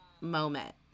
moment